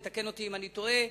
תקן אותי אם אני טועה,